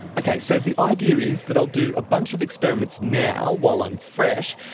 okay, so the idea is that i'll do a bunch of experiments now, while i'm fresh,